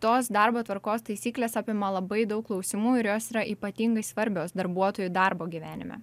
tos darbo tvarkos taisyklės apima labai daug klausimų ir jos yra ypatingai svarbios darbuotojui darbo gyvenime